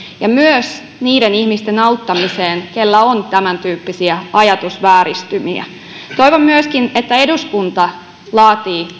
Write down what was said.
ja myös niiden ihmisten auttamiseen joilla on tämäntyyppisiä ajatusvääristymiä toivon myöskin että eduskunta laatii